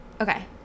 Okay